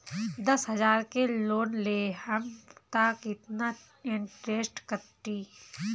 दस हजार के लोन लेहम त कितना इनट्रेस कटी?